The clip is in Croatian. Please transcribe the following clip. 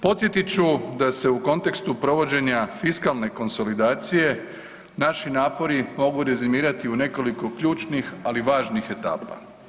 Podsjetiti ću da se u kontekstu provođenja fiskalne konsolidacije naši napori mogu rezimirati u nekoliko ključnih ali važnih etapa.